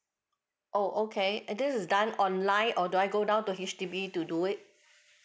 oh okay and this is done online or do I go down to H_D_B to do it